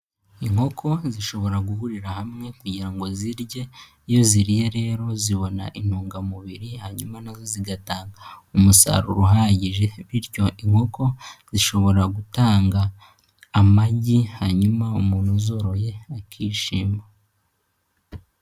Inkoko zishobora guhurira hamwe kugira ngo zirye, iyo ziriye rero zibona intungamubiri hanyuma na zo zigatanga umusaruro uhagije bityo inkoko zishobora gutanga amagi hanyuma umuntu uzoroye akishima.